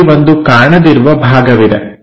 ಅಲ್ಲಿ ಒಂದು ಕಾಣದಿರುವ ಭಾಗವಿದೆ